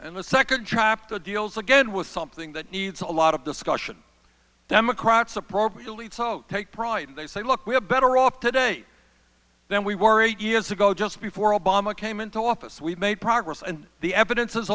and the second trap to deals again with something that needs a lot of discussion democrats appropriately to take pride in they say look we are better off today than we were eight years ago just before obama came into office we've made progress and the evidence is